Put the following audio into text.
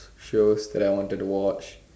shows that I wanted to watch